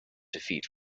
defeat